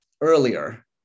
earlier